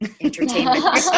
entertainment